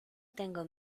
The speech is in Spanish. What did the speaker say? tengo